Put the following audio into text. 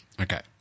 okay